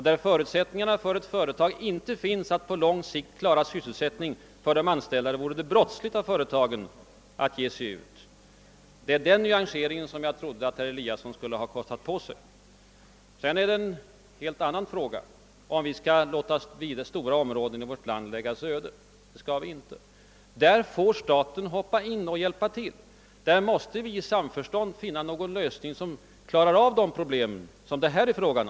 Där företaget inte har betingelser att på lång sikt klara sysselsättningen för de anställda vore det nästan brottsligt av företaget att etablera sig. Jag tycker att herr Eliasson borde ha kostat på sig den nyanseringen. Sedan är det en helt annan fråga, om vi kan låta stora områden i vårt land läggas öde. Det kan vi inte. Där får staten träda in och hjälpa till. Där måste vi i samförstånd finna någon lösning på problemet.